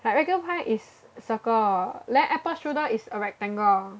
like regular pie is circle then apple strudel is a rectangle